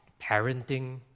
parenting